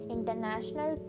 International